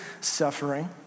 suffering